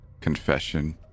Confession